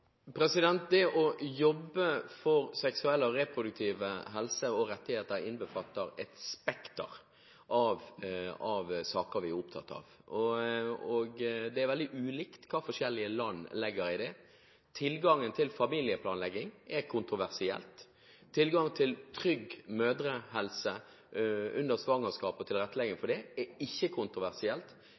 Det å jobbe for seksuell og reproduktiv helse – og rettigheter – innbefatter et spekter av saker vi er opptatt av. Det er veldig ulikt hva forskjellige land legger i det. Tilgang til familieplanlegging er kontroversielt. Tilgang til trygg mødrehelse under svangerskapet og tilrettelegging for det er ikke kontroversielt.